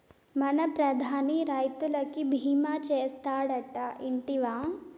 మన ప్రధాని రైతులకి భీమా చేస్తాడటా, ఇంటివా